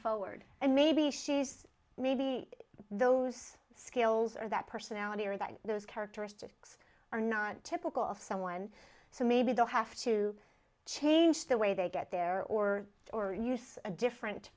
forward and maybe she's maybe those skills or that personality or that those characteristics are not typical of someone so maybe they'll have to change the way they get there or or use a different